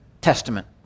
Testament